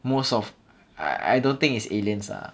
most of I I don't think is aliens ah